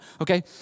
okay